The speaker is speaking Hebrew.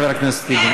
חבר הכנסת טיבי,